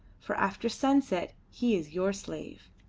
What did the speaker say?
for after sunset he is your slave.